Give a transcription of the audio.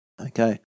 Okay